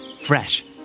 Fresh